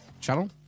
channel